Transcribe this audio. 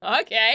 Okay